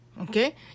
okay